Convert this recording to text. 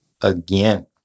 again